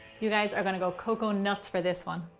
you guys are going to go coco-nuts for this one.